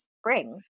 spring